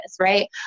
right